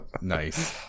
nice